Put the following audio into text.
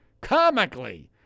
comically